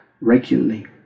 regularly